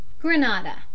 Granada